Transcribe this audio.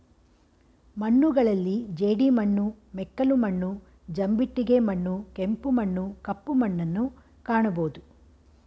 ಮಣ್ಣುಗಳಲ್ಲಿ ಜೇಡಿಮಣ್ಣು, ಮೆಕ್ಕಲು ಮಣ್ಣು, ಜಂಬಿಟ್ಟಿಗೆ ಮಣ್ಣು, ಕೆಂಪು ಮಣ್ಣು, ಕಪ್ಪು ಮಣ್ಣುನ್ನು ಕಾಣಬೋದು